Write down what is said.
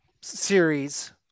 series